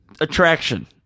attraction